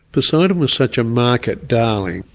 poseidon was such a market darling.